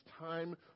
time